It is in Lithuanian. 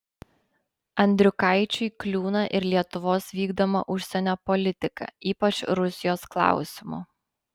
andriukaičiui kliūna ir lietuvos vykdoma užsienio politika ypač rusijos klausimu